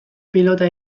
pilota